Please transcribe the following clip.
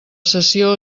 sessió